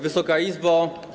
Wysoka Izbo!